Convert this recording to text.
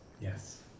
Yes